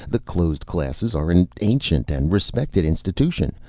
the closed classes are an ancient and respected institution.